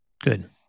Good